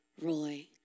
Roy